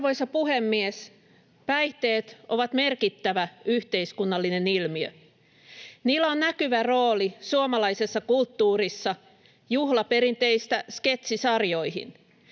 Arvoisa puhemies! Päihteet ovat merkittävä yhteiskunnallinen ilmiö. Niillä on näkyvä rooli suomalaisessa kulttuurissa juhlaperinteistä sketsisarjoihin.